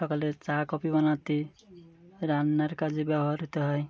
সকালে চা কফি বানাতে রান্নার কাজে ব্যবহার হতে হয়